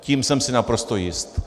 Tím jsem si naprosto jist.